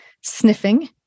sniffing